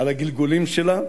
על הגלגולים שלה,